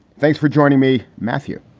thanks for joining me, matthew.